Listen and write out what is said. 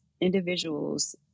individuals